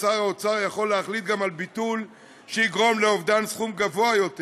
שר האוצר יכול להחליט גם על ביטול שיגרום לאובדן סכום גבוה יותר